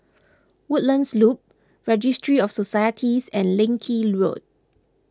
Woodlands Loop Registry of Societies and Leng Kee Road